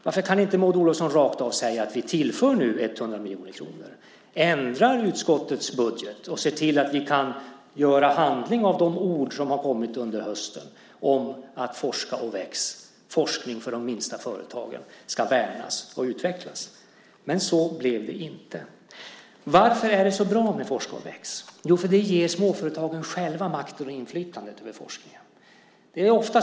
Varför kan inte Maud Olofsson rakt av säga att man nu tillför 100 miljoner kronor, ändrar utskottets budget och ser till att man kan göra handling av de ord som har kommit under hösten om att Forska och väx, forskning för de minsta företagen, ska värnas och utvecklas? Men så blev det inte. Varför är det så bra med Forska och väx? Jo, det ger småföretagen själva makten och inflytandet över forskningen.